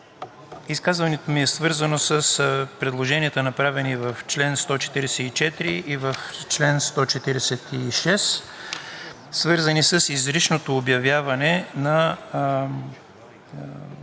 Изказването ми е свързано с предложенията, направени в чл. 144 и в чл. 146, свързани с изричното обявяване на